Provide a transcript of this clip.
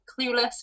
Clueless